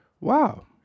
Wow